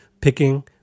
picking